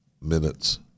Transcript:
minutes